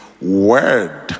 word